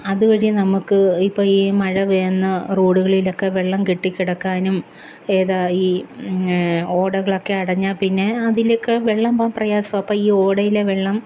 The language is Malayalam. അതുവഴി നമുക്ക് ഇപ്പോൾ ഈ മഴ പെയ്യുന്ന റോഡുകളിലൊക്കെ വെള്ളം കെട്ടിക്കിടക്കാനും ഏതാ ഈ ഓടകളക്കെ അടഞ്ഞാൽപ്പിന്നെ അതിലൊക്കെ വെള്ളം പോവാന് പ്രയാസമാ അപ്പോൾ ഈ ഓടയിലെ വെള്ളം